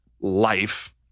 life